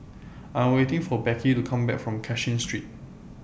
I Am waiting For Becky to Come Back from Cashin Street